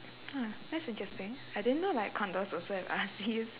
oh that's interesting I didn't know like condos also have R_Cs